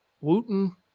Wooten